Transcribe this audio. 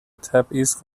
تبعیض